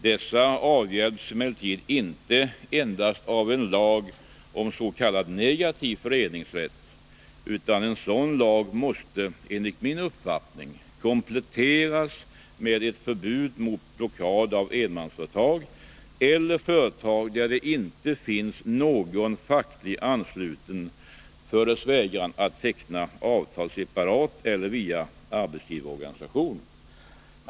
Dessa brister avhjälps emellertid inte endast genom en lag om s.k. negativ föreningsrätt, utan en sådan lag måste enligt min uppfattning kompletteras med ett förbud mot blockad av enmansföretag eller företag där det inte finns någon fackligt ansluten, för dess vägran att teckna kollektivavtal, separat eller via arbetsgivarorganisation.